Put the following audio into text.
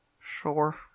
Sure